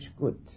good